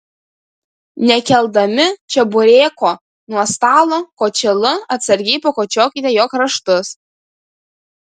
nekeldami čebureko nuo stalo kočėlu atsargiai pakočiokite jo kraštus